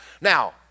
Now